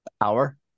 Hour